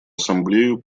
ассамблею